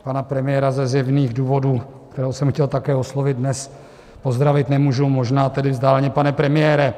Pana premiéra ze zjevných důvodů, kterého jsem chtěl také oslovit, dnes pozdravit nemůžu, možná tedy vzdáleně, pane premiére.